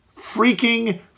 freaking